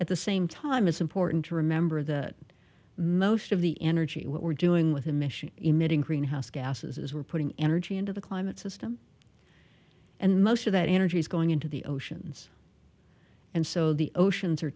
at the same time it's important to remember that most of the energy what we're doing with the mission emitting greenhouse gases is we're putting energy into the climate system and most of that energy is going into the oceans and so the oceans are